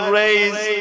raise